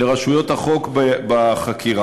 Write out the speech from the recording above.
לרשויות החוק בחקירה.